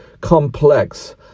complex